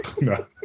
No